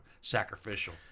sacrificial